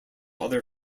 other